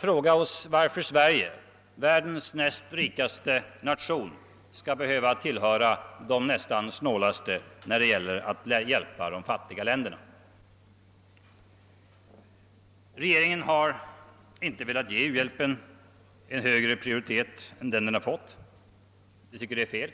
fråga oss varför Sverige som är världens näst rikaste nation skall behöva tillhöra de nästan snålaste när det gäller att hjälpa de fattiga länderna. Regeringen har inte velat ge u-hjälpen en högre prioritet än den har fått. Detta tycker vi är fel.